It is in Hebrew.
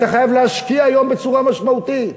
אתה חייב להשקיע היום בצורה משמעותית בטכנולוגיות,